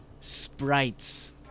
sprites